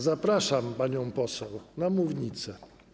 Zapraszam panią poseł na mównicę.